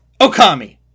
Okami